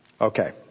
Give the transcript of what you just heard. Okay